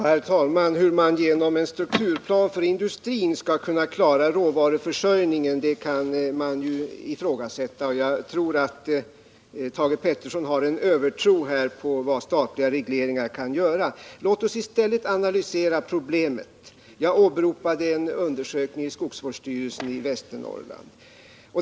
Herr talman! Hur man genom en strukturplan för industrin skall kunna klara råvaruförsörjningen kan ifrågasättas. Jag tror att Thage Peterson har en övertro på vad statliga regleringar kan göra. Låt oss i stället analysera problemet. Jag åberopade en undersökning av skogsvårdsstyrelsen i Västernorrland.